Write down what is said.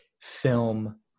film